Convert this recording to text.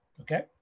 okay